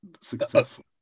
successful